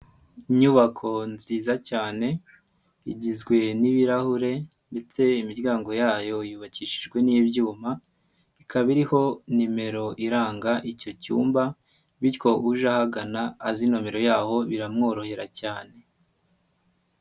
Inyubako nziza cyane igizwe n'ibirahure ndetse imiryango yayo yubakishijwe n'ibyuma, ikaba iriho nimero iranga icyo cyumba, bityo uje ahagana a azi numiro yaho biramworohera cyane.